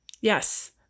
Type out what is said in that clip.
yes